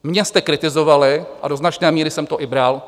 Mě jste kritizovali a do značné míry jsem to i bral.